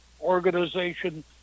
organization